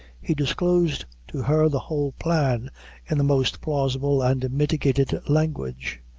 he disclosed to her the whole plan in the most plausible and mitigated language.